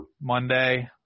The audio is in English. Monday